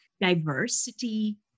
diversity